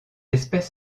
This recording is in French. espèce